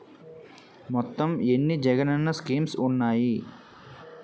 మొత్తం ఎన్ని జగనన్న స్కీమ్స్ ఉన్నాయి?